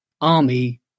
army